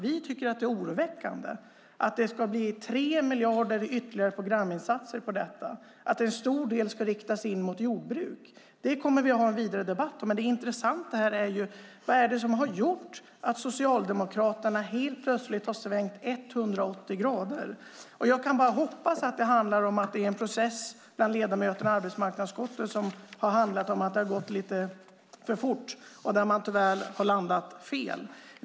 Vi tycker att det är oroväckande att det ska bli 3 miljarder i ytterligare programinsatser till detta och att en stor del ska riktas in mot jordbruk. Det kommer vi att ha en vidare debatt om, men det intressanta här är ju vad det är som har gjort att Socialdemokraterna helt plötsligt har svängt 180 grader. Jag kan bara hoppas att det handlar om en process bland ledamöterna i arbetsmarknadsutskottet som har handlat om att det har gått lite för fort och där man tyvärr har landat fel.